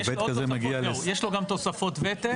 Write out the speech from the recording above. יש לו גם תוספות ותק,